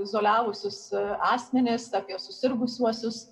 izoliavusius asmenis apie susirgusiuosius